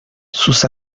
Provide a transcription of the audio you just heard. sus